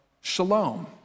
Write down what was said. shalom